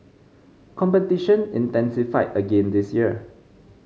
competition intensified again this year